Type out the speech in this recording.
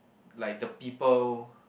like the people